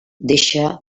deixa